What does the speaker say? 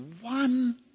one